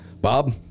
Bob